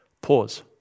Pause